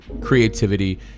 creativity